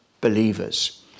believers